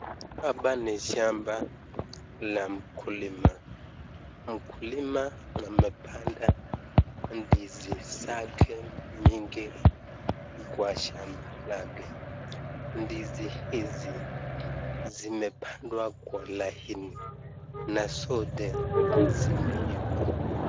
Hapa ni shamba la mkulima. Mkulima amepanda ndizi zake mingi kwa shamba lake. Ndizi hizi zimepangw kwa laini na zote zimeiva.